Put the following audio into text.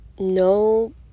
no